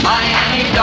Miami